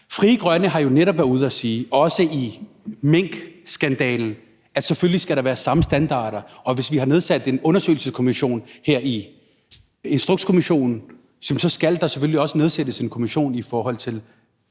Frie Grønne har jo netop været ude at sige, også i forhold til minkskandalen, at der selvfølgelig skal være samme standarder. Og hvis vi har nedsat en Instrukskommission, skal der selvfølgelig også nedsættes en kommission i forhold til